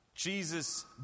Jesus